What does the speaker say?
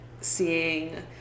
seeing